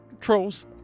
Trolls